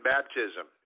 Baptism